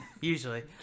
usually